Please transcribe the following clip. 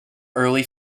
early